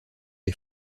des